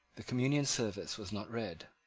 the communion service was not read.